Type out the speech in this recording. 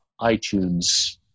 iTunes